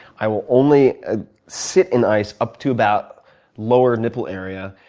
i will only ah sit in ice up to about lower nipple area.